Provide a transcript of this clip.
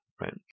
right